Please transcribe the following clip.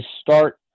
start